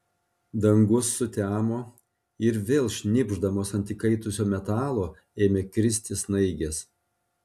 dangus sutemo ir vėl šnypšdamos ant įkaitusio metalo ėmė kristi snaigės